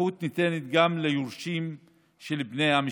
הזכאות ניתנת גם ליורשים של בני המשפחה.